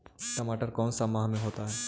टमाटर कौन सा माह में होता है?